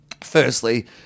firstly